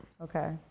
Okay